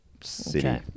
city